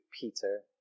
Peter